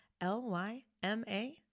L-Y-M-A